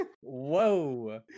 Whoa